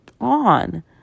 on